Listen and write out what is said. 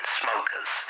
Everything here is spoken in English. smokers